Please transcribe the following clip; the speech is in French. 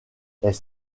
est